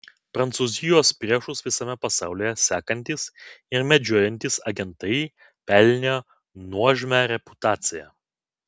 prancūzijos priešus visame pasaulyje sekantys ir medžiojantys agentai pelnė nuožmią reputaciją